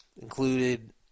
included